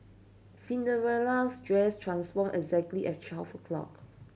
Cinderella's dress transformed exactly at twelve o' clock